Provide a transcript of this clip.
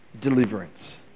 deliverance